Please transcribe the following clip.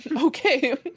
Okay